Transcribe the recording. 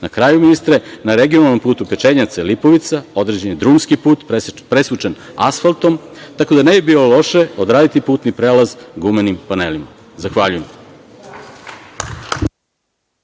kraju, ministre, na regionalnom putu Pečenjevce-Lipovica odrađen je drumski put, presvučen asfaltom, tako da ne bi bilo loše odraditi putni prelaz gumenim panelima. Zahvaljujem.